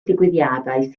digwyddiadau